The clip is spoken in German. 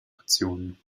nationen